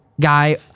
guy